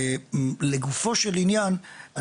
לגופו של עניין,